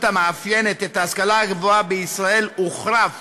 המאפיינת את ההשכלה הגבוהה בישראל הוחרף